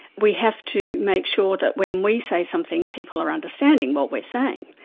we have to make sure that when we say something, people are understanding what we're saying.